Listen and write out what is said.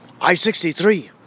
I-63